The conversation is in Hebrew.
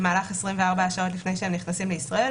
במהלך 24 השעות לפני שהם נכנסים לישראל.